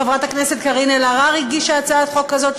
גם חברת הכנסת קארין אלהרר הגישה הצעת חוק כזאת,